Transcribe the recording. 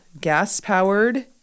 gas-powered